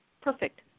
perfect